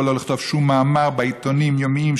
ולא לכתוב שום מאמר בעיתונים יומיים,